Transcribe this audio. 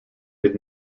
did